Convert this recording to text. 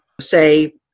say